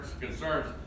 concerns